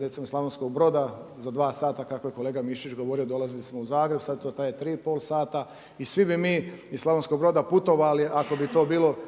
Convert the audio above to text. recimo iz Slavonskog Broda za 2 sata kako je kolega Mišić govorio dolazili smo u Zagreb, sada to traje 3,5 sata i svi bi mi iz Slavonskog broda putovali ako bi to bilo